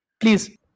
please